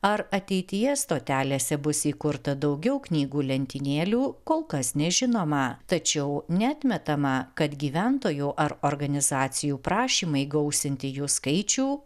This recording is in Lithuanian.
ar ateityje stotelėse bus įkurta daugiau knygų lentynėlių kol kas nežinoma tačiau neatmetama kad gyventojų ar organizacijų prašymai gausinti jų skaičių